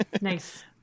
Nice